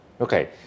Okay